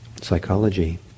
psychology